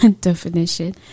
definition